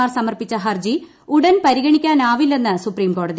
മാർ സമർപ്പിച്ച ഹർജി ഉടൻ പരിഗണിക്കാനാവില്ലെന്ന് സുപ്രീംകോടതി